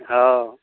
हँ